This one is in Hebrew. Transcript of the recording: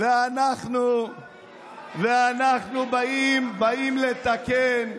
ואנחנו באים, באים לתקן.